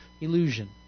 illusion